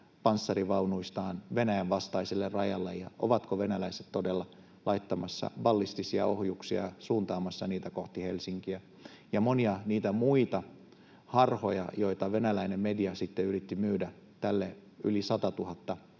panssarivaunuistaan Venäjän vastaiselle rajalle ja ovatko venäläiset todella laittamassa ballistisia ohjuksia ja suuntaamassa niitä kohti Helsinkiä, ja oli monia niitä muita harhoja, joita venäläinen media sitten yritti myydä tälle yli